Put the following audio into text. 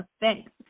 effects